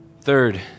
Third